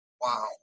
Wow